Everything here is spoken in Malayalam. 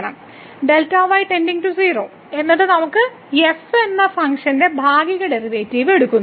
Δy → 0 എന്നിട്ട് നമുക്ക് f എന്ന ഫംഗ്ഷന്റെ ഭാഗിക ഡെറിവേറ്റീവ് എടുക്കുന്നു